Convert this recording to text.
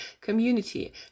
Community